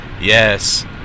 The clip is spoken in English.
yes